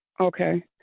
Okay